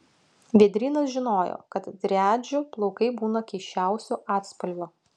vėdrynas žinojo kad driadžių plaukai būna keisčiausių atspalvių